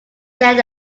there